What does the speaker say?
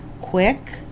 quick